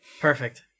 perfect